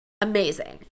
amazing